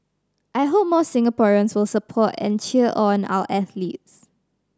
I hope more Singaporeans will support and cheer on our athletes